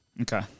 Okay